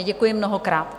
Děkuji mnohokrát.